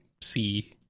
see